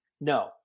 No